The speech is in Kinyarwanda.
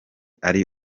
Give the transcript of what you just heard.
ari